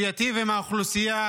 שייטיב עם האוכלוסייה,